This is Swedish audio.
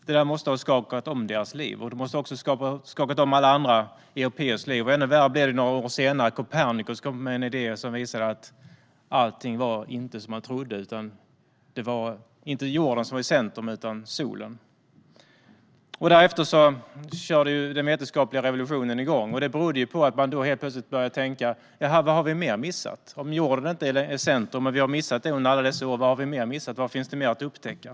Det måste ha skakat om deras liv, och det måste också ha skakat om alla andra européers liv. Ännu värre blev det några år senare, när Copernicus kom med idéer som visade att allt inte var som man trodde: Det var inte jorden som var i centrum utan solen. Därefter körde den vetenskapliga revolutionen igång, och det berodde på att man började tänka: Vad mer har vi missat? Om vi under alla dessa år har missat att jorden inte är i centrum, vad har vi mer missat, och vad mer finns att upptäcka?